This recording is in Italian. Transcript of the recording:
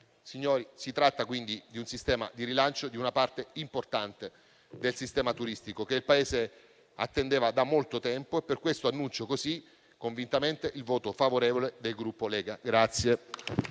Signori, si tratta quindi di un sistema di rilancio di una parte importante del sistema turistico che il Paese attendeva da molto tempo e per questo annuncio convintamente il voto favorevole del Gruppo Lega.